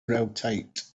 rotate